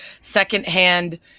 secondhand